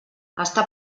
està